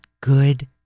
good